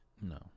No